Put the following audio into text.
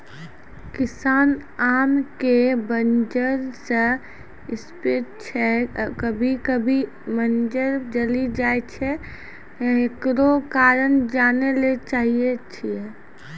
किसान आम के मंजर जे स्प्रे छैय कभी कभी मंजर जली जाय छैय, एकरो कारण जाने ली चाहेय छैय?